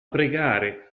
pregare